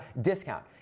discount